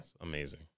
amazing